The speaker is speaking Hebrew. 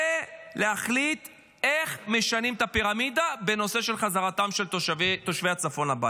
ולהחליט איך משנים את הפירמידה בנושא חזרתם של תושבי הצפון הביתה.